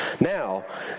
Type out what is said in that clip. Now